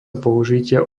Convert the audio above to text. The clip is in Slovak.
použitia